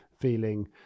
feeling